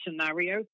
scenario